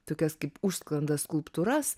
tokias kaip užsklandas skulptūras